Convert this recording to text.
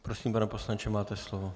Prosím, pane poslanče, máte slovo.